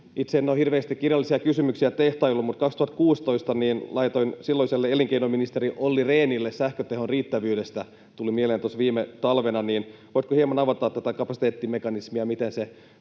Itse en ole hirveästi kirjallisia kysymyksiä tehtaillut, mutta 2016 laitoin silloiselle elinkeinoministerille Olli Rehnille kysymyksen sähkötehon riittävyydestä — tuli mieleen tuossa viime talvena. Voitko hieman avata tätä kapasiteettimekanismia,